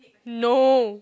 no